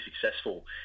successful